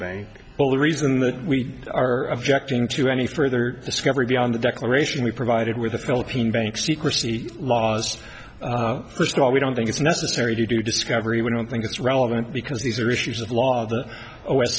bank well the reason that we are objecting to any further discovery beyond the declaration we provided with the philippine bank secrecy laws first of all we don't think it's necessary to do discovery we don't think it's relevant because these are issues of law